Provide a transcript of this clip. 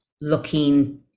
looking